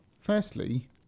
Firstly